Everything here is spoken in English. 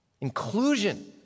inclusion